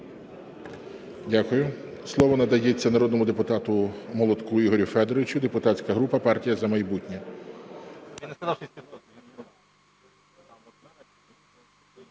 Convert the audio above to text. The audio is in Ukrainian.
Дякую. Слово надається народному депутату Молотку Ігорю Федоровичу, депутатська група "Партія "За майбутнє".